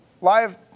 live